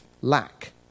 lack